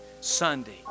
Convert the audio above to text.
Sunday